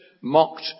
mocked